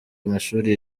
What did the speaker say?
amashuri